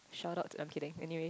shout out to I'm kidding anyway